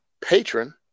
patron